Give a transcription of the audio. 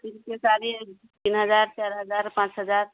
सिल्कके साड़ी तीन हजार चारि हजार पाँच हजार